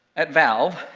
at valve,